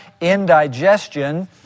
Indigestion